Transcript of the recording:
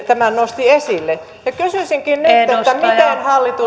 tämän nosti esille kysyisinkin nyt miten hallitus